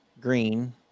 Green